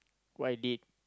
what I did